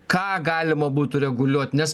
ką galima būtų reguliuot nes